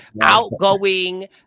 outgoing